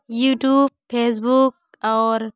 YouTube Facebook और